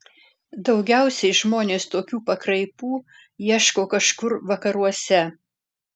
daugiausiai žmonės tokių pakraipų ieško kažkur vakaruose